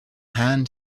hand